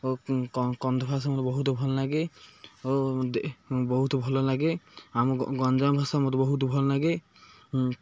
ଓ କନ୍ଧ ଭାଷା ମୋତେ ବହୁତ ଭଲ ଲାଗେ ଓ ବହୁତ ଭଲ ନାଗେ ଆମ ଗଞ୍ଜାମ ଭାଷା ମୋତେ ବହୁତ ଭଲ ନାଗେ